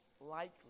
likely